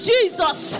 Jesus